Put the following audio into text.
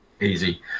easy